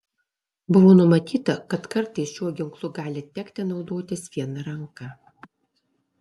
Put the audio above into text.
buvo numatyta kad kartais šiuo ginklu gali tekti naudotis viena ranka